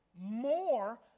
more